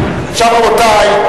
רבותי,